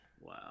Wow